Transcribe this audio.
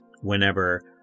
whenever